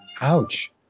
Ouch